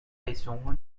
رییسجمهور